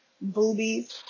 Boobies